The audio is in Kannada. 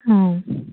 ಹಾಂ